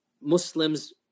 Muslims